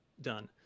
done